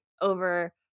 over